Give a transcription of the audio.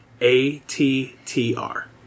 A-T-T-R